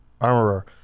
Armorer